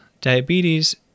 Diabetes